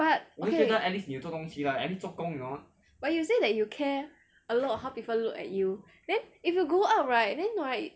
but okay but you say that you care a lot how people look at you then if you go out right then right